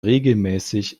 regelmäßig